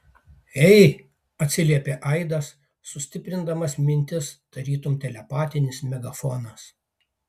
ei atsiliepė aidas sustiprindamas mintis tarytum telepatinis megafonas